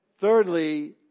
Thirdly